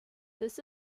this